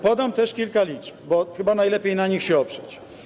Podam tu kilka liczb, bo chyba najlepiej na nich się oprzeć.